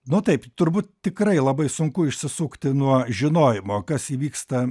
na taip turbūt tikrai labai sunku išsisukti nuo žinojimo kas įvyksta